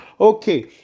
Okay